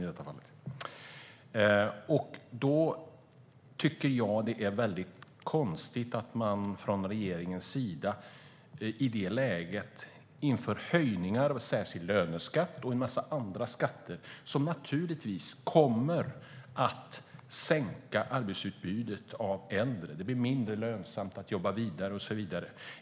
I det läget tycker jag att det är konstigt att man från regeringens sida inför höjningar av den särskilda löneskatten och en massa andra skatter, vilket naturligtvis kommer att sänka arbetskraftsutbudet av äldre. Det blir mindre lönsamt att jobba vidare och så vidare.